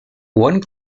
one